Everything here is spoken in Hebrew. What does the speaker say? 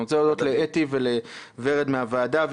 אני רוצה להודות לאתי ולוורד מהוועדה,